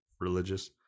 religious